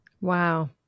Wow